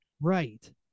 Right